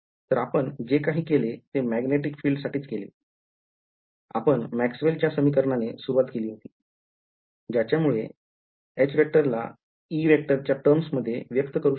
तर आपण जे काही केले ते मॅग्नेटिक फील्ड साठीच केले आपण मॅक्सवेलच्या समीकरणाने सुरवात केली होती ज्याच्यामुले ला च्या टर्म्स मध्ये व्यक्त करू शकलो